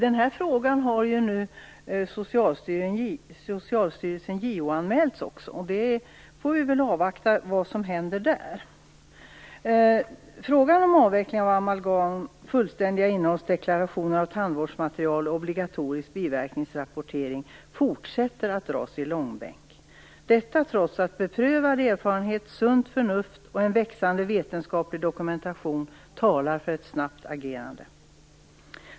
Fru talman! I den här frågan har Socialstyrelsen JO-anmälts. Vi får avvakta vad som händer. Frågan om avveckling av amalgam, fullständig innehållsdeklaration av tandvårdsmaterial och obligatorisk biverkningsrapportering fortsätter att dras i långbänk, trots att beprövad erfarenhet sunt förnuft och en växande vetenskaplig dokumentation talar för ett snabbt agerande.